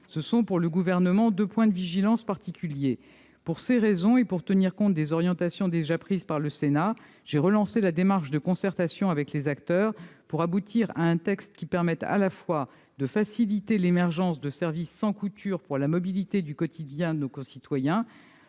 là, pour le Gouvernement, de deux points de vigilance particuliers. Pour ces raisons, et afin de tenir compte des orientations prises par le Sénat, j'ai relancé la démarche de concertation avec les acteurs, en vue d'aboutir à un dispositif qui permette à la fois de faciliter l'émergence de services « sans couture » pour la mobilité du quotidien de nos concitoyens,